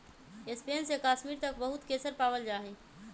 Spain से कश्मीर तक बहुत केसर पावल जा हई